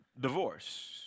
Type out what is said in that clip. divorce